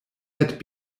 had